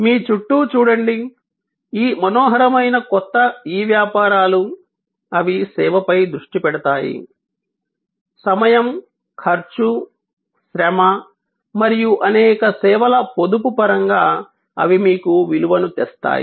మీ చుట్టూ చూడండి ఈ మనోహరమైన కొత్త ఇ వ్యాపారాలు అవి సేవపై దృష్టి పెడతాయి సమయం ఖర్చు శ్రమ మరియు అనేక సేవల పొదుపు పరంగా అవి మీకు విలువను తెస్తాయి